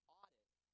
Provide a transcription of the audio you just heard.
audit